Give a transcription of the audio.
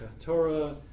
Torah